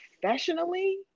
professionally